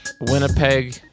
winnipeg